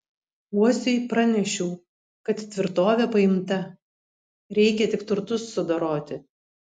uosiui pranešiau kad tvirtovė paimta reikia tik turtus sudoroti